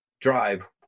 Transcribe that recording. Drive